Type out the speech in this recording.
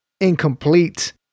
Incomplete